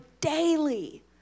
daily